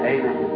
Amen